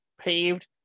paved